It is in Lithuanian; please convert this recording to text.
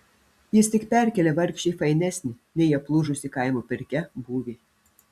jis tik perkėlė vargšę į fainesnį nei aplūžusi kaimo pirkia būvį